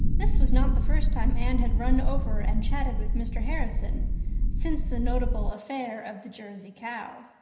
this was not the first time anne had run over and chatted with mr. harrison since the notable affair of the jersey cow.